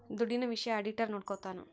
ದುಡ್ಡಿನ ವಿಷಯ ಆಡಿಟರ್ ನೋಡ್ಕೊತನ